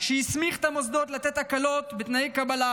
שהסמיך את המוסדות לתת הקלות בתנאי קבלה